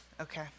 Okay